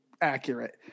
accurate